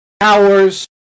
Hours